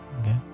Okay